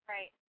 Right